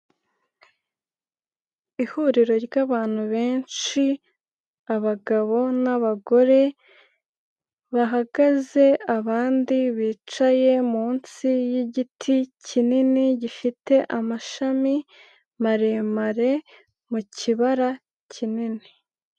Ihuriro ry'abantu benshi abagabo nabagore bahagaze, abandi bicaye munsi y'igiti kinini gifite amashami maremare mu kibara kinini.